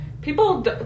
people